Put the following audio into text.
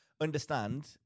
understand